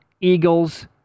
Eagles